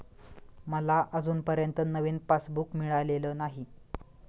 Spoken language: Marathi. मला अजूनपर्यंत नवीन पासबुक मिळालेलं नाही